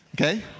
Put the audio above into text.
Okay